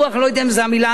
לא יודע אם זו המלה הנכונה,